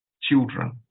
children